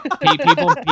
people